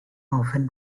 often